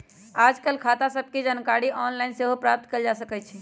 याजकाल खता सभके जानकारी ऑनलाइन सेहो प्राप्त कयल जा सकइ छै